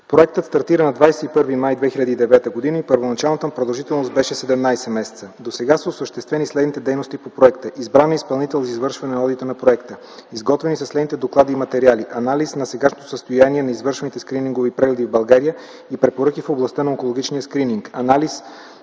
Проектът стартира на 21 май 2009 г. и първоначалната му продължителност беше 17 месеца. Досега са осъществени следните дейности по проекта. Избран е изпълнител за извършване на одита на проекта. Изготвени са следните доклади и материали: анализ на сегашното състояние на извършените скринингови прегледи в България и препоръки в областта на онкологичния скрининг, анализ